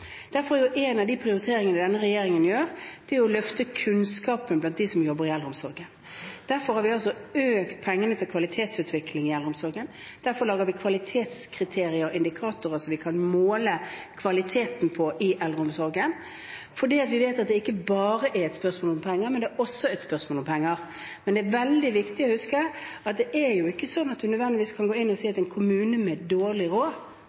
Derfor er én av de prioriteringene denne regjeringen gjør, å løfte kunnskapen blant dem som jobber i eldreomsorgen. Derfor har vi økt pengene til kvalitetsutvikling i omsorgen, og derfor lager vi kvalitetskriterier og -indikatorer som vi kan måle kvaliteten i eldreomsorgen mot – for vi vet at det ikke bare er et spørsmål om penger, det er også et spørsmål om penger. Det er veldig viktig å huske at en kommune med dårlig råd ikke nødvendigvis har en dårlig eldreomsorg, eller at en kommune med høye inntekter nødvendigvis